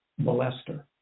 molester